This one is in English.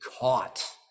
caught